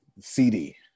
CD